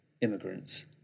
immigrants